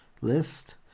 list